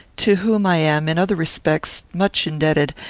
to whom i am, in other respects, much indebted,